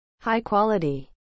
high-quality